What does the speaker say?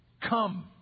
Come